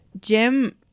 Jim